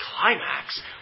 climax